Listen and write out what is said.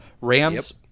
Rams